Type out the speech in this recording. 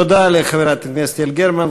תודה לחברת הכנסת יעל גרמן.